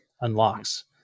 unlocks